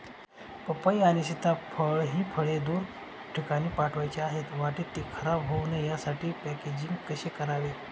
पपई आणि सीताफळ हि फळे दूर ठिकाणी पाठवायची आहेत, वाटेत ति खराब होऊ नये यासाठी पॅकेजिंग कसे करावे?